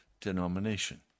denomination